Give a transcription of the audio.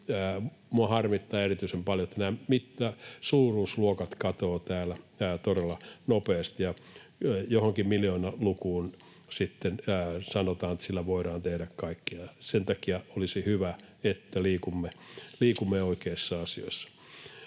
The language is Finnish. minua harmittaa erityisen paljon, että nämä suuruusluokat katoavat täällä todella nopeasti ja sitten sanotaan, että jollakin miljoonaluvulla voidaan tehdä kaikkea. Sen takia olisi hyvä, että liikkuisimme oikeissa asioissa.